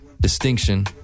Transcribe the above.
Distinction